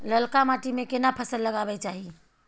ललका माटी में केना फसल लगाबै चाही?